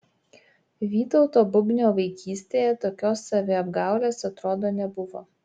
vytauto bubnio vaikystėje tokios saviapgaulės atrodo nebuvo